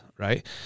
Right